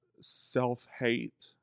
self-hate